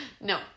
No